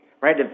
right